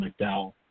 McDowell